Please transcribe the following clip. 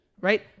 right